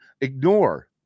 ignore